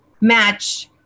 match